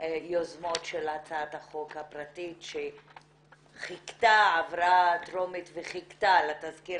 היוזמות של הצעת החוק הפרטית שעברה טרומית וחיכתה לתזכיר